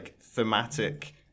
thematic